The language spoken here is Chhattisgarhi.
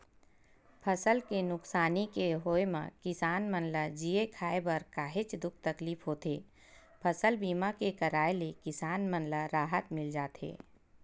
फसल के नुकसानी के होय म किसान मन ल जीए खांए बर काहेच दुख तकलीफ होथे फसल बीमा के कराय ले किसान मन ल राहत मिल जाथे